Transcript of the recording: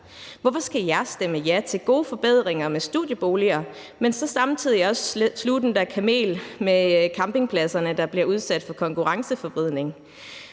Hvorfor skal jeg stemme ja til gode forbedringer med studieboliger, men så samtidig også sluge den der kamel med campingpladserne, der bliver udsat for konkurrenceforvridning?